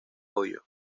ohio